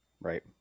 Right